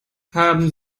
haben